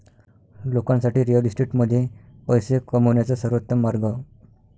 लोकांसाठी रिअल इस्टेटमध्ये पैसे कमवण्याचा सर्वोत्तम मार्ग